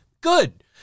good